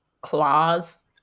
claws